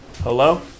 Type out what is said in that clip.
Hello